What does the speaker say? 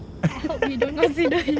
I hope you don't consider him